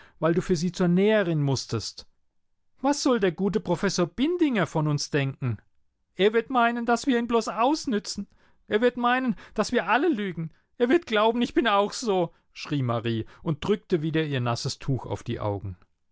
weil du für sie zur näherin mußtest was soll der gute professor bindinger von uns denken er wird meinen daß wir ihn bloß ausnützen er wird meinen daß wir alle lügen er wird glauben ich bin auch so schrie marie und drückte wieder ihr nasses tuch auf die augen